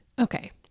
Okay